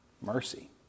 mercy